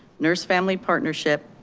nurse family partnership,